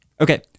Okay